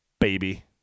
Baby